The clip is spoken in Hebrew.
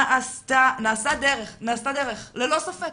נעשתה דרך, ללא ספק.